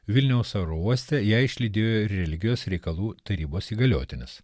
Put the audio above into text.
vilniaus aerouoste ją išlydėjo ir religijos reikalų tarybos įgaliotinis